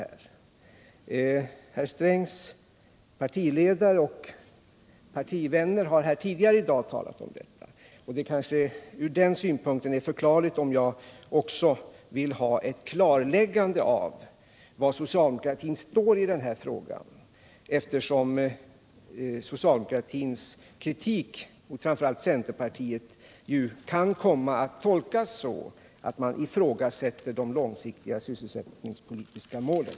Gunnar Strängs partiledare och partivänner har tidigare i dag talat om detta, och det är kanske från den synpunkten förklarligt om jag vill ha ett klarläggande av var socialdemokratin står i den frågan. Socialdemokratins kritik mot framför allt centerpartiet kan ju komma att tolkas så att man ifrågasätter de långsiktiga sysselsättningspolitiska målen.